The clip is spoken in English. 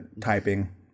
typing